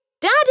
Daddy